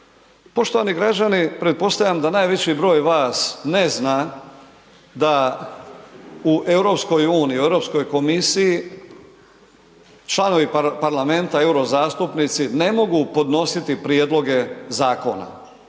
Poštovani građani, pretpostavljam da najveći broj vas ne zna da u EU, u EU komisiji članovi parlamenta, eurozastupnici ne mogu podnositi prijedloge zakona.